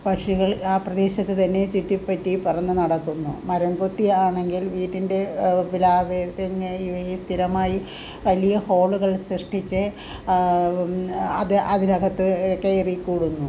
പക്ഷികൾ ആ പ്രദേശത്തു തന്നെ ചുറ്റിപ്പറ്റി പറന്നു നടക്കുന്നു മരംകൊത്തിയാണെങ്കിൽ വീട്ടിൻ്റെ പ്ലാവ് തെങ്ങ് ഈ സ്ഥിരമായി വലിയ ഹോളുകൾ സൃഷ്ടിച്ച് അത് അതിനകത്ത് കയറിക്കൂടുന്നു